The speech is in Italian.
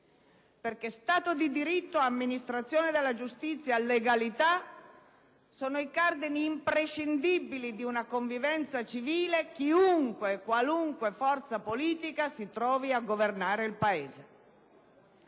perché Stato di diritto, amministrazione della giustizia e legalità sono i cardini imprescindibili di una convivenza civile, chiunque e qualunque forza politica si trovi a governare il Paese.